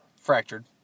fractured